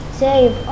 save